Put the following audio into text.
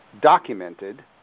documented